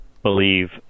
believe